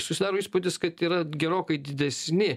susidaro įspūdis kad yra gerokai didesni